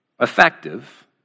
effective